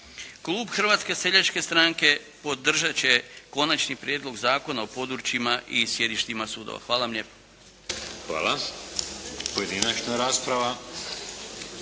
Klub Hrvatske seljačke stranke podržat će Konačni prijedlog Zakona o područjima i sjedištima sudova. Hvala vam lijepa.